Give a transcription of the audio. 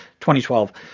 2012